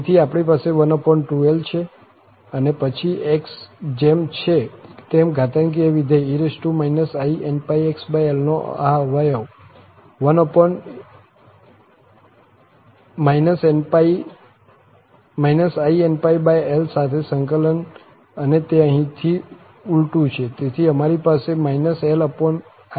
તેથી આપણી પાસે 12l છે અને પછી x જેમ છે તેમ ઘાતાંકીય વિધેય e inπxl નો આ અવયવ 1 inπl સાથે સંકલન અને તે અહીં ઉલટું છે તેથી અમારી પાસે linπ છે